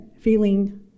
feeling